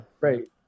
right